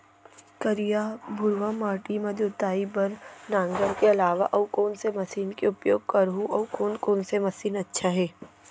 करिया, भुरवा माटी म जोताई बार नांगर के अलावा अऊ कोन से मशीन के उपयोग करहुं अऊ कोन कोन से मशीन अच्छा है?